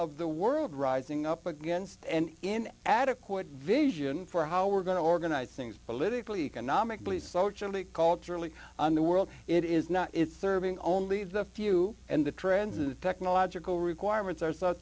of the world rising up against and in adequate vision for how we're going to organize things politically economically socially culturally and the world it is not it's serving only the few and the trends of the technological requirements are s